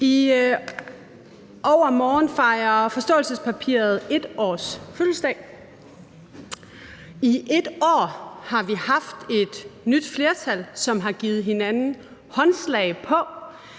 I overmorgen fejrer forståelsespapiret 1-årsfødselsdag. I 1 år har vi haft et nyt flertal, som har givet hinanden håndslag på,